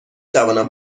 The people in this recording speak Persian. توانم